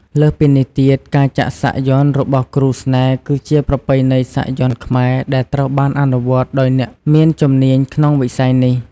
លើសពីនេះទៀតការចាក់សាក់យ័ន្តរបស់គ្រូស្នេហ៍ គឺជាប្រពៃណីសាក់យន្តខ្មែរដែលត្រូវបានអនុវត្តដោយអ្នកមានជំនាញក្នុងវិស័យនេះ។